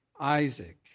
Isaac